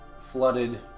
flooded